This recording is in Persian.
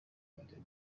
داده